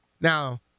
Now